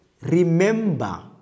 remember